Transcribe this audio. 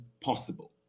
possible